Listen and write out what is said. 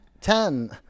ten